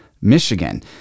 Michigan